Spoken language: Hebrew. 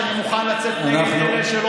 חבר הכנסת קרעי,